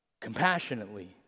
compassionately